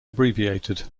abbreviated